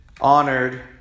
honored